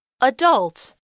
Adult